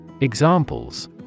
Examples